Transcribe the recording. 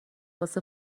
واسه